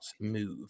move